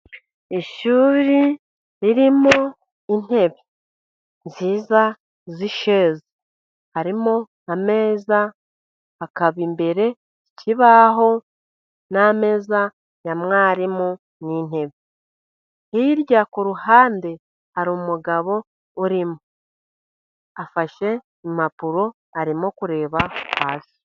Ishuri ririmo intebe nziza z'isheze, harimo ameza, hakaba imbere ikibaho n'ameza, ya mwarimu n'intebe, hirya ku ruhande hari umugabo urimo afashe impapuro arimo kureba hasi.